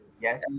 Yes